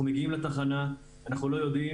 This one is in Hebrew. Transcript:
אנחנו מגיעים לתחנה, אנחנו לא יודעים